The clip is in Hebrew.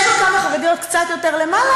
יש עוד כמה חרדיות קצת יותר למעלה,